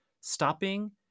stopping